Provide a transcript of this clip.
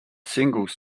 singles